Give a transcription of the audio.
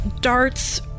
darts